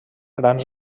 grans